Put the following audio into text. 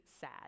sad